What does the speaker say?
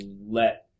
let